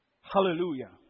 Hallelujah